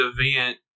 event